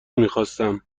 میخواستم